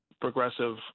progressive